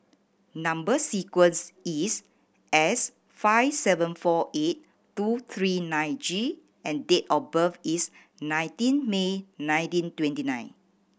number sequence is S five seven four eight two three nine G and date of birth is nineteen May nineteen twenty nine